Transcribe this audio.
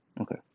okay